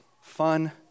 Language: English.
fun